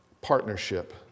partnership